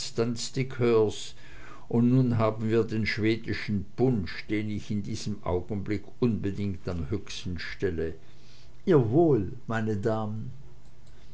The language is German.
und nun haben wir den schwedischen punsch den ich in diesem augenblick unbedingt am höchsten stelle ihr wohl meine damen